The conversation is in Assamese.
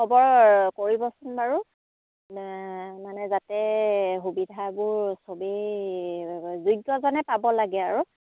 খবৰ কৰিবচোন বাৰু মানে যাতে সুবিধাবোৰ সবেই যোগ্যজনে পাব লাগে আৰু